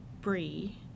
brie